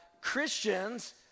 Christians